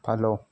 follow